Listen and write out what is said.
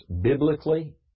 biblically